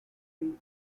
free